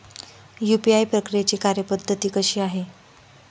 UPI प्रक्रियेची कार्यपद्धती कशी आहे?